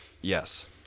Yes